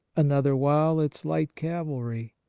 another while its light cavalry,